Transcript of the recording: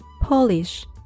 Polish